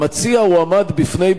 המציע הועמד בפני ברירה,